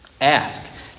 Ask